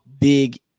Big